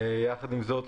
יחד עם זאת,